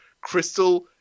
Crystal